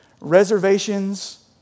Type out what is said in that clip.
reservations